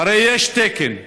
הרי יש תקן.